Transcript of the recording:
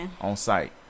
on-site